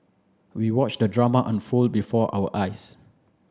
we watched the drama unfold before our eyes